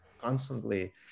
constantly